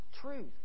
truth